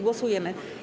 Głosujemy.